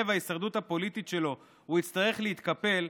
וההישרדות הפוליטית שלו הוא יצטרך להתקפל,